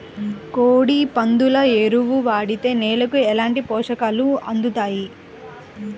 కోడి, పందుల ఎరువు వాడితే నేలకు ఎలాంటి పోషకాలు అందుతాయి